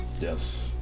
yes